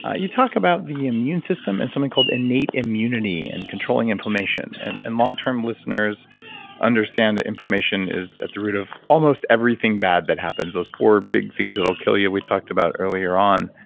ah you talk about the immune system and something called innate immunity and controlling inflammation. and and long-term listeners understand that inflammation is at the root of almost everything bad that happens, those four big things that will kill you we talked about earlier on.